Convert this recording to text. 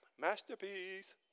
masterpiece